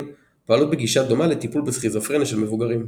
פועלות בגישה דומה לטיפול בסכיזופרניה של מבוגרים.